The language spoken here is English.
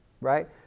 right